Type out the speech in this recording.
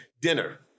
dinner